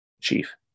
chief